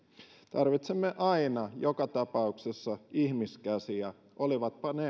tarvitsemme aina joka tapauksessa ihmiskäsiä olivatpa